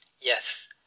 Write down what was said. Yes